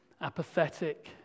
apathetic